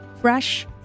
fresh